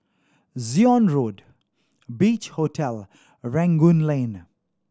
Zion Road Beach Hotel and Rangoon Lane